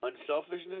unselfishness